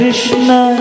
Krishna